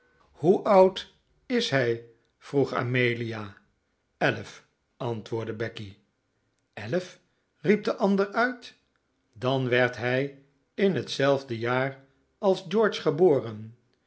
hoe oud is hij vroeg amelia elf antwoordde becky elf riep de ander uit dan werd hij in hetzelfde jaar als